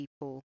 people